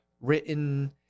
written